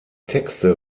texte